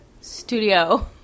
studio